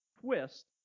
twist